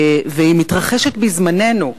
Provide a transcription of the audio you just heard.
והיא מתרחשת בזמננו.